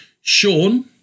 Sean